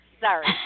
Sorry